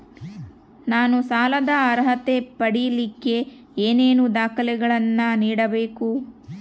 ನಾನು ಸಾಲದ ಅರ್ಹತೆ ಪಡಿಲಿಕ್ಕೆ ಏನೇನು ದಾಖಲೆಗಳನ್ನ ನೇಡಬೇಕು?